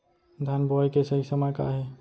धान बोआई के सही समय का हे?